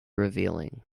revealing